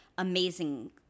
Amazing